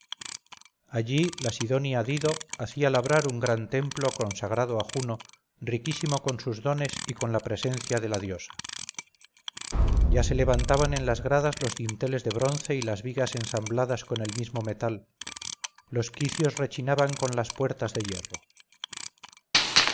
allí la sidonia dido hacía labrar un gran templo consagrado a juno riquísimo con sus dones y con la presencia de la diosa ya se levantaban en las gradas los dinteles de bronce y las vigas ensambladas con el mismo metal los quicios rechinaban con las puertas de hierro